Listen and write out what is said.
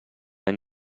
any